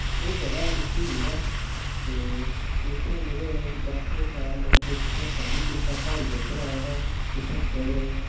ओह् बड़ा मश्हूर ऐ ते उत्थें जेह्ड़े उस वाटरफॉल इक इत्थै पानी किरदा प्हाड़ियै उप्परा तां उत्थें बड़े